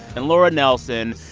and laura nelson,